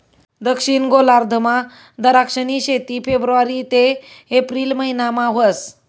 दक्षिण गोलार्धमा दराक्षनी शेती फेब्रुवारी ते एप्रिल महिनामा व्हस